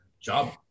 Job